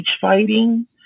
fighting